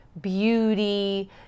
beauty